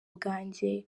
bwanjye